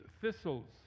thistles